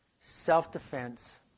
self-defense